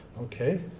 Okay